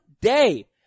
day